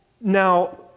Now